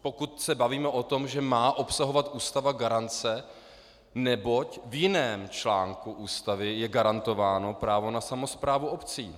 Pokud se bavíme o tom, že má obsahovat Ústava garance, neboť v jiném článku Ústavy je garantováno právo na samosprávu obcí.